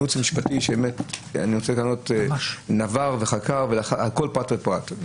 היועץ המשפטי שבאמת נבר וחקר על כול פרט ופרט,